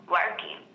working